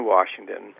Washington